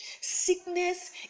Sickness